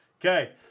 Okay